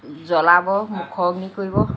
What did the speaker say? জলাব মুখাগ্নি কৰিব